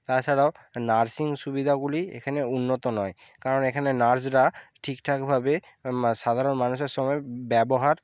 তাছাড়াও নার্সিং সুবিধাগুলি এখানে উন্নত নয় কারণ এখানে নার্সরা ঠিকঠাকভাবে সাধারণ মানুষের সঙ্গে ব্যবহার